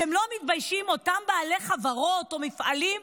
אתם לא מתביישים, אותם בעלי חברות או מפעלים,